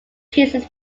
pieces